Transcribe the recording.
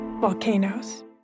volcanoes